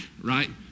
right